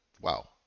Wow